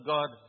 God